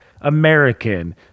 American